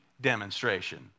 demonstration